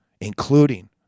including